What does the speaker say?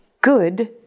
good